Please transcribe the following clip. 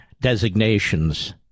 designations